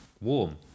warm